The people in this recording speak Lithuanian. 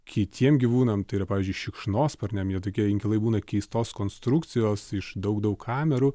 kitiem gyvūnam tai yra pavyzdžiui šikšnosparniam jie tokie inkilai būna keistos konstrukcijos iš daug daug kamerų